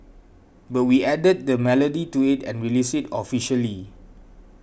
but we added the melody to it and released it officially